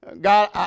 God